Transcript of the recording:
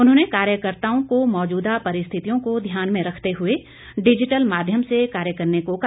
उन्होंने कार्यकर्ताओं को मौजूदा परिस्थितियों को ध्यान में रखते हुए डिजिटल माध्यम से कार्य करने को कहा